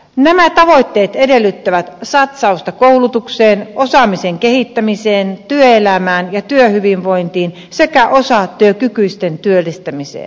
nämä tavoitteet edellyttävät satsausta koulutukseen osaamisen kehittämiseen työelämään ja työhyvinvointiin sekä osatyökykyisten työllistämiseen